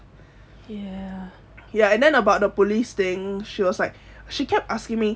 ya and then about the police thing she was like she kept asking me